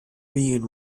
being